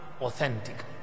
authentic